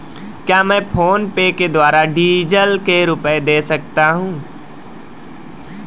क्या मैं फोनपे के द्वारा डीज़ल के रुपए दे सकता हूं?